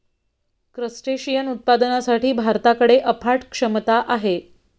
crustacean उत्पादनासाठी भारताकडे अफाट क्षमता आहे